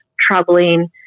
troubling